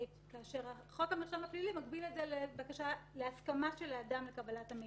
כאשר חוק המרשם הפלילי מגביל את זה להסכמה של האדם לקבלת המידע.